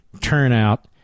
turnout